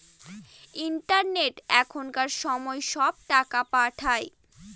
ইন্টারনেটে এখনকার সময় সব টাকা পাঠায়